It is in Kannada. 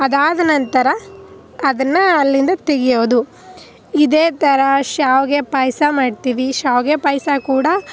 ಅದಾದ ನಂತರ ಅದನ್ನು ಅಲ್ಲಿಂದ ತೆಗೆಯೋದು ಇದೇ ಥರ ಶಾವಿಗೆ ಪಾಯಸ ಮಾಡ್ತೀವಿ ಶಾವಿಗೆ ಪಾಯಸ ಕೂಡ